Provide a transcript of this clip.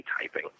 typing